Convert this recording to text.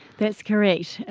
that's correct.